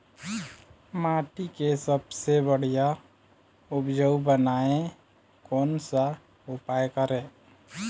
माटी के सबसे बढ़िया उपजाऊ बनाए कोन सा उपाय करें?